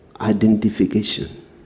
identification